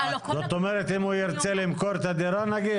זאת אומרת, אם הוא ירצה למכור את הדירה נגדי?